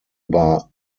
über